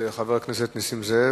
חבר הכנסת נסים זאב,